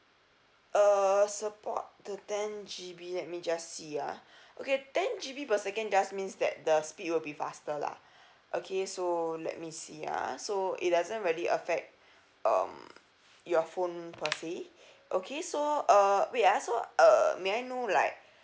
err support the ten G_B let me just see ah okay ten G_B per second just means that the speed will be faster lah okay so let me see ah so it doesn't really affect um your phone per se okay so uh wait ah so uh may I know like